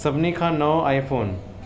सभिनी खां नओं आइफोन